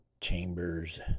chambers